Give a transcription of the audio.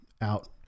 out